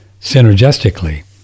synergistically